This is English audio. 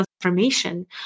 transformation